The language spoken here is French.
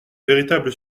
véritable